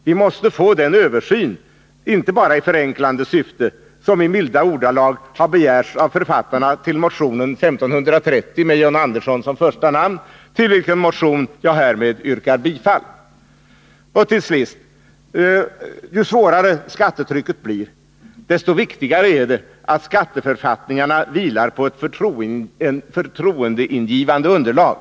Vi måste få till stånd den översyn, inte bara i förenklande syfte, som i milda ordalag har begärts av John Andersson m.fl. i motion 1530, till vilken jag härmed yrkar bifall. Ju svårare skattetrycket blir, desto viktigare är det att skatteförfattningarna vilar på ett förtroendeingivande underlag.